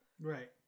right